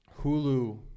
Hulu